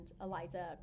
Eliza